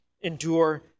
endure